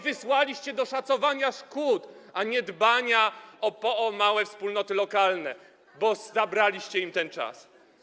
wysłaliście do szacowania szkód, przez co nie dbają o małe wspólnoty lokalne, bo zabraliście im ten czas.